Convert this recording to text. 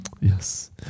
yes